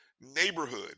neighborhood